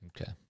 Okay